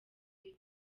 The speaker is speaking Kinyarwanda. pee